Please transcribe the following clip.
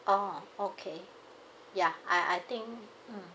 oh okay ya I I think mm